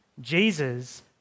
Jesus